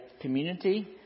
community